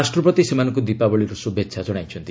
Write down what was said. ରାଷ୍ଟ୍ରପତି ସେମାନଙ୍କୁ ଦୀପାବଳିର ଶୁଭେଛା ଜଣାଇଛନ୍ତି